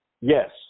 yes